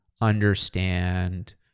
understand